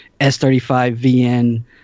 S35VN